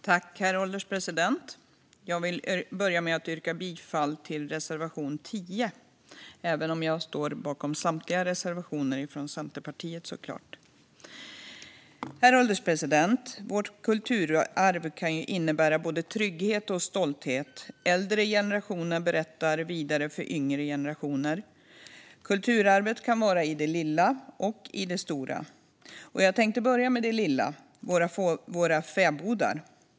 Herr ålderspresident! Jag vill börja med att yrka bifall till reservation 10, även om jag såklart står bakom samtliga reservationer från Centerpartiet. Herr ålderspresident! Vårt kulturarv kan innebära både trygghet och stolthet. Äldre generationer berättar vidare för yngre generationer. Kulturarvet kan vara i det lilla och i det stora. Jag tänkte börja med det lilla: våra fäbodar.